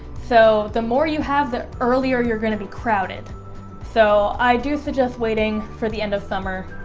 so the more you have that earlier you're gonna be crowded so i do suggest waiting for the end of summer.